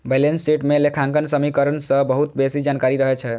balance sheet मे लेखांकन समीकरण सं बहुत बेसी जानकारी रहै छै